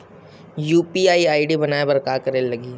UPI ID बनाये बर का करे ल लगही?